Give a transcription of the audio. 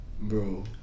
bro